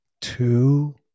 two